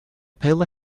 paler